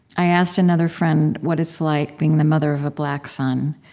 i asked another friend what it's like being the mother of a black son.